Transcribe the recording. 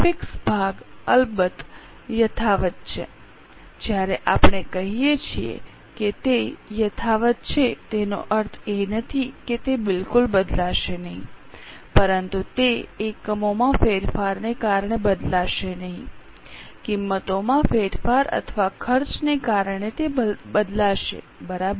fix ભાગ અલબત્ત યથાવત છે જ્યારે આપણે કહીએ છીએ કે તે યથાવત છે તો તેનો અર્થ એ નથી કે તે બિલકુલ બદલાશે નહીં પરંતુ તે એકમોમાં ફેરફારને કારણે બદલાશે નહીં કિંમતોમાં ફેરફાર અથવા ખર્ચને કારણે તે બદલાશે બરાબર